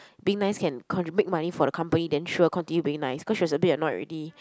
being nice can con~ make money for the company then sure continue being nice cause she was a bit annoyed already